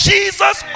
Jesus